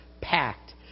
packed